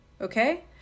okay